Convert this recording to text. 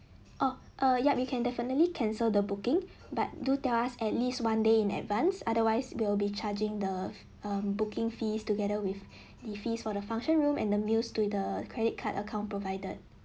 oh err yup we can definitely cancel the booking but do tell us at least one day in advance otherwise we'll be charging the um booking fees together with the fees for the function room and the meals to the credit card account provided